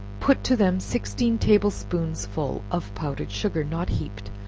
put to them sixteen table-spoonsful of powdered sugar, not heaped,